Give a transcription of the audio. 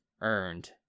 earned